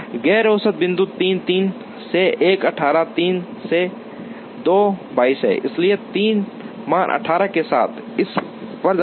गैर औसत बिंदु 3 3 से 1 18 3 से 2 22 है इसलिए 3 मान 18 के साथ इस पर जाता है